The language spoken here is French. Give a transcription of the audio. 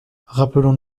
rappelons